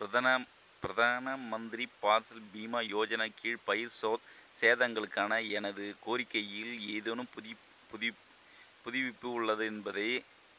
பிரதான பிரதான மந்திரி ஃபாசல் பீமா யோஜனா கீழ் பயிர் சோ சேதங்களுக்கான எனது கோரிக்கையில் ஏதேனும் புது புது புதுப்பிப்பு உள்ளது என்பதை